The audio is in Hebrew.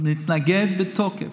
נתנגד בתוקף.